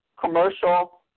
commercial